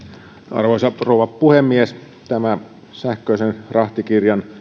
arvoisa rouva puhemies tämä sähköisen rahtikirjan